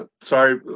Sorry